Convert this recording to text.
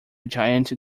giant